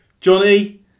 Johnny